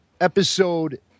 episode